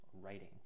writing